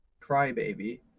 crybaby